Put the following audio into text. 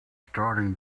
starting